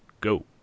Go